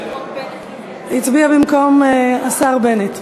היא הצביעה במקום השר בנט.